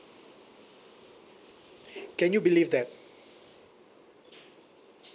can you believe that